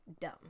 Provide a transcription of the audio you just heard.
dumb